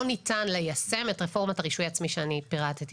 לא ניתן ליישם את רפורמת הרישוי העצמי שפירטתי.